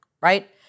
right